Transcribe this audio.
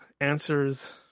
answers